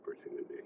opportunity